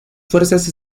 fuerzas